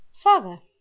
father